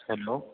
hello